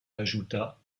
ajouta